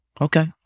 Okay